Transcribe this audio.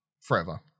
Forever